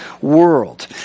world